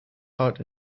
heart